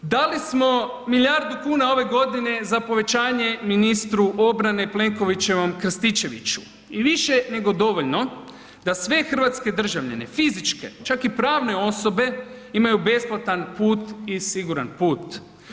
Dali smo milijardu kuna ove godine za povećanje ministru obrane Plenkovićevom Krstičeviću i više nego dovoljno da sve hrvatske državljane, fizičke čak i pravne osobe imaju besplatan put i siguran put.